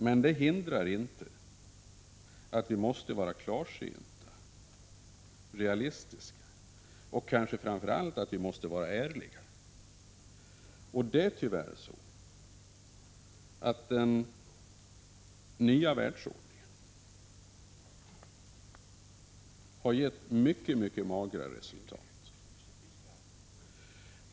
Men det hindrar inte att vi måste vara klarsynta, realistiska och kanske framför allt ärliga. Det är tyvärr så, att den nya världsordningen har gett mycket magra resultat.